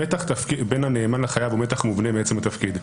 המתח בין הנאמן לחייב הוא מתח מובנה מעצם התפקיד.